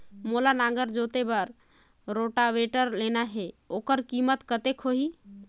मोला नागर जोते बार रोटावेटर लेना हे ओकर कीमत कतेक होही?